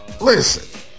Listen